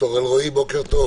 בוקר טוב